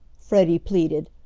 freddie pleaded.